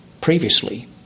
previously